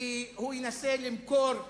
כי הוא ינסה למכור טקסט,